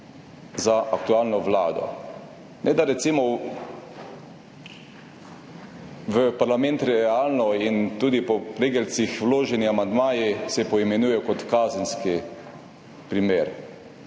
za aktualno vlado, ne da se recimo v parlament realno in tudi po regeljcih vloženi amandmaji poimenujejo kot kazenski primer.